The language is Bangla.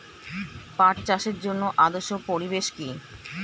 পাট চাষের জন্য আদর্শ পরিবেশ কি?